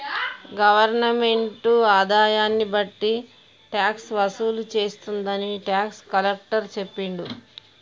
government ఆదాయాన్ని బట్టి tax వసూలు చేస్తుందని టాక్స్ కలెక్టర్ చెప్పిండు